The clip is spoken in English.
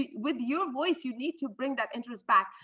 with your voice you need to bring that interest back.